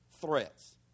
threats